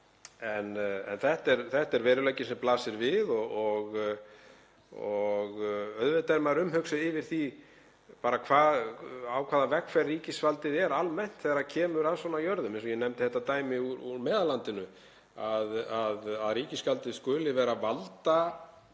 En þetta er veruleiki sem blasir við og auðvitað er maður hugsi yfir því á hvaða vegferð ríkisvaldið er almennt þegar kemur að jörðum. Eins og ég nefndi með þetta dæmi úr Meðallandinu, að ríkisvaldið skuli vera valda